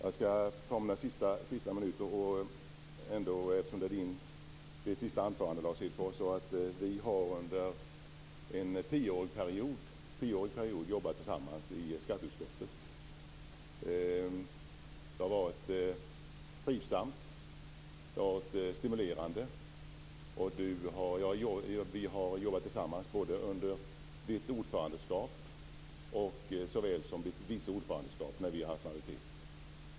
Jag skall ta de sista minuterna i anspråk och säga några ord till Lars Hedfors - han höll ju sitt sista anförande här i kammaren. Vi har under en tioårsperiod jobbat tillsammans i skatteutskottet. Det har varit trivsamt och stimulerande. Vi har jobbat tillsammans både under ditt ordförandeskap och under ditt vice ordförandeskap då vi hade majoritet.